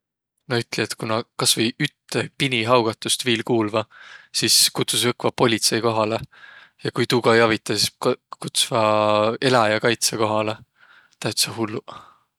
Näq ütliq, et ku näq kasvõi ütte pini haugahust viil kuuldvaq, sis kutsusõq õkva politsei kohalõ. Ja ku tuu ka ei avidaq, sis ku- kutsvaq eläjäkaitsõ kohalõ.